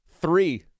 Three